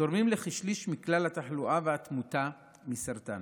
תורמים לכשליש מכלל התחלואה והתמותה מסרטן.